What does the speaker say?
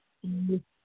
ꯎꯝ